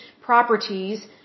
properties